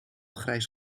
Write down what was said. grijs